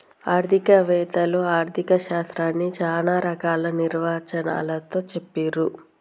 ఆర్థిక వేత్తలు ఆర్ధిక శాస్త్రాన్ని చానా రకాల నిర్వచనాలతో చెప్పిర్రు